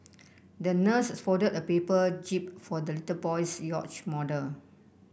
the nurse folded a paper jib for the little boy's yacht model